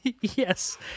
Yes